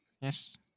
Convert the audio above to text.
Yes